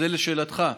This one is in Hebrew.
לשאלתך,